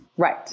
Right